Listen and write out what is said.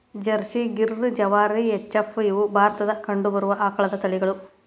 Jersey, Gir, ಜವಾರಿ, H F, ಇವ ಭಾರತದಾಗ ಕಂಡಬರು ಆಕಳದ ತಳಿಗಳು